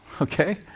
okay